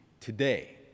today